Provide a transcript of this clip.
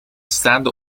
staande